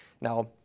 Now